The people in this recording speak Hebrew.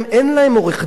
אין להם עורך-דין.